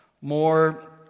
more